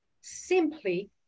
Simply